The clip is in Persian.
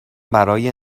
برای